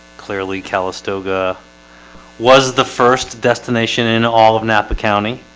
clearly calistoga was the first destination in all of napa county?